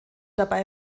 dabei